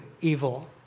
evil